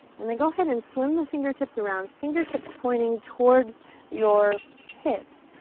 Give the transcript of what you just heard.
and then go ahead and swim the fingertips around. fingertips pointing towards your hips.